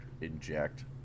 inject